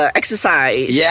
exercise